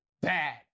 Bad